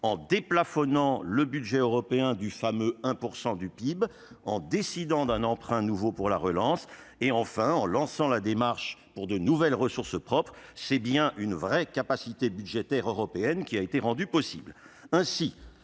en déplafonnant le budget européen du fameux 1 % du PIB, en décidant d'un emprunt commun pour la relance et en lançant la démarche pour l'introduction de nouvelles ressources propres. C'est bien une véritable capacité budgétaire européenne, j'y insiste, qui a été rendue possible.